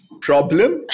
problem